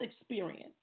experience